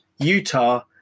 Utah